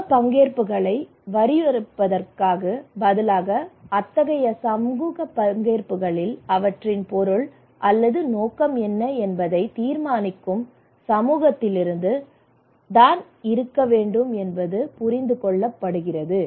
சமூக பங்கேற்புகளை வரையறுப்பதற்கு பதிலாக அத்தகைய சமூக பங்கேற்புகளில் அவற்றின் பொருள் அல்லது நோக்கம் என்ன என்பதை தீர்மானிக்கும் சமூகத்திலிருந்து தான் இருக்க வேண்டும் என்பது புரிந்து கொள்ளப்படுகிறது